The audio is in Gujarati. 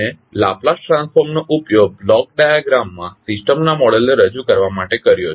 આપણે લાપ્લાસ ટ્રાન્સફોર્મનો ઉપયોગ બ્લોક ડાયાગ્રામમાં સિસ્ટમના મોડેલને રજૂ કરવા માટે કર્યો છે